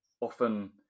often